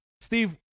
Steve